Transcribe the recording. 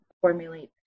formulate